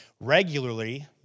regularly